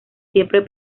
siempre